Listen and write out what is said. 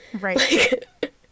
Right